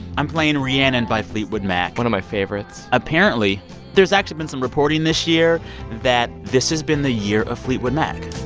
i'm playing rhiannon by fleetwood mac one of my favorites apparently there's actually been some reporting this year that this has been the year of fleetwood mac